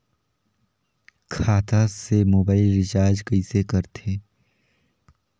खाता से mobile recharge कइसे करथे